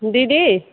दीदी